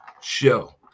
show